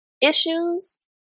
issues